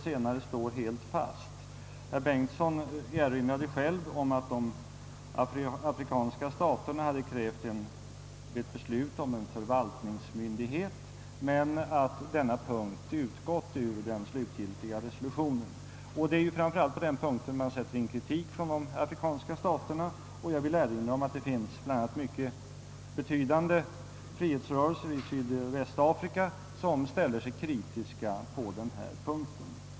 Herr Bengtsson erinrade själv om att de afrikanska staterna hade krävt ett beslut om en förvaltningsmyndighet, men att denna punkt utgått ur den slutgiltiga resolutionen. Det är framför allt på den punkten man sätter in kritik från de afrikanska staternas sida och jag vill påpeka, att det bland annat finns frihetsrörelser i Sydvästafrika, som ställer sig kritiska på den här punkten.